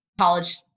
college